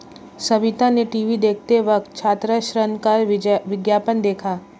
सविता ने टीवी देखते वक्त छात्र ऋण का विज्ञापन देखा